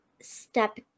step